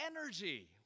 energy